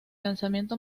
lanzamiento